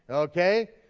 okay?